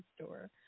store